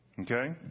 Okay